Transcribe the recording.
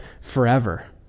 forever